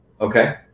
okay